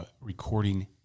Recording